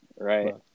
right